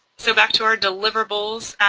so back to our deliverables,